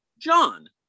John